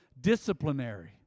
disciplinary